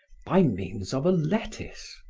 by means of a lettuce.